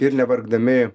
ir nevargdami